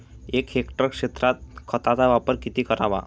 एक हेक्टर क्षेत्रात खताचा वापर किती करावा?